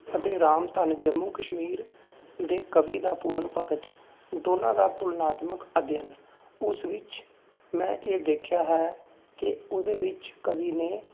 ਅਤੇ ਰਾਮ ਧਨ ਜੰਮੂ ਕਸ਼ਮੀਰ ਦੇ ਕਵੀ ਦਾ ਪੂਰਨ ਭਗਤ ਦੋਨਾਂ ਦਾ ਤੁਲਨਾਤਮਕ ਅਧਿਐਨ ਉਸ ਵਿੱਚ ਮੈਂ ਇਹ ਦੇਖਿਆ ਹੈ ਕਿ ਉਹਦੇ ਵਿੱਚ ਕਵੀ ਨੇ